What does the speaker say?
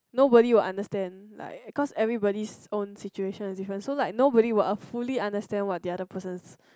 nobody would understand like cause everybody own situation is different so nobody would fully understand what the other person's